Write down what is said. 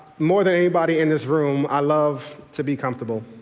more than anybody in this room, i love to be comfortable.